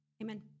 amen